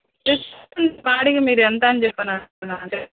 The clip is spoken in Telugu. బాడిగ మీరెంతని చెప్పి అన్నారు అంటే